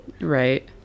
Right